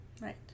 Right